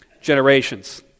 generations